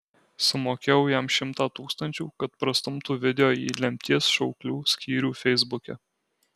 sumokėjau jam šimtą tūkstančių kad prastumtų video į lemties šauklių skyrių feisbuke